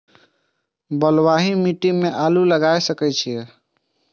बलवाही मिट्टी में आलू लागय सके छीये?